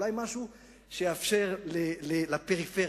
משהו שיאפשר לפריפריה,